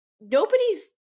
nobody's